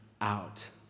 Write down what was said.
out